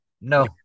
no